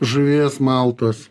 žuvies maltos